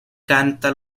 canta